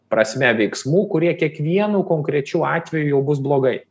prasme veiksmų kurie kiekvienu konkrečiu atveju jau bus blogai